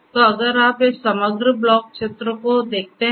तो अगर आप इस समग्र ब्लॉक चित्र को देखते हैं